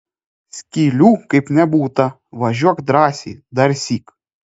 skylių kaip nebūta važiuok drąsiai darsyk